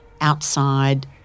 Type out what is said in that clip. outside